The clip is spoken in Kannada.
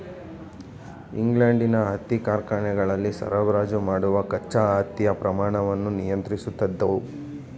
ಇಂಗ್ಲೆಂಡಿನ ಹತ್ತಿ ಕಾರ್ಖಾನೆಗಳಿಗೆ ಸರಬರಾಜು ಮಾಡುವ ಕಚ್ಚಾ ಹತ್ತಿಯ ಪ್ರಮಾಣವನ್ನು ನಿಯಂತ್ರಿಸುತ್ತಿದ್ದವು